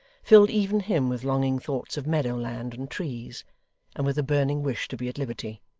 filled even him with longing thoughts of meadow-land and trees and with a burning wish to be at liberty.